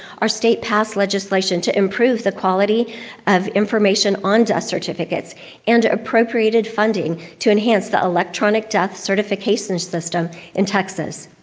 our state past passed legislation to improve the quality of information on death certificates and appropriated funding to enhance the electronic death certification system in texas.